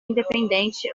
independente